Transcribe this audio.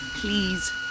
please